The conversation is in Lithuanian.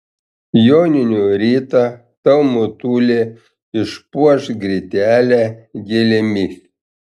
joninių rytą tau motulė išpuoš grytelę gėlėmis